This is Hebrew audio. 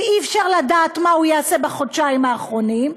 שאי-אפשר לדעת מה הוא יעשה בחודשיים האחרונים,